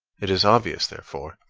it is obvious, therefore,